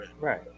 Right